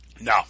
No